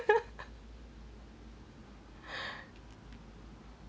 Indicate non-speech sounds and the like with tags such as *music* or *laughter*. *laughs*